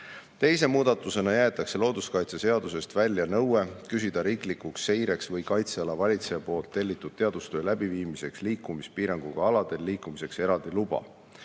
Teise muudatusena jäetakse looduskaitseseadusest välja nõue küsida riiklikuks seireks või kaitseala valitseja tellitud teadustöö läbiviimiseks liikumispiiranguga aladel liikumiseks eraldi luba.